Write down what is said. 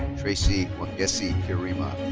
tracey wangeci kirima.